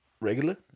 regular